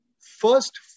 first